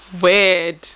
Weird